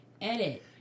edit